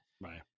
Right